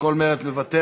כל מרצ, כל מרצ מוותרת.